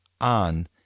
on